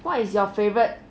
what is your favourite